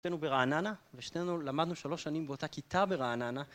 שנינו ברעננה ושנינו למדנו שלוש שנים באותה כיתה ברעננה